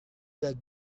that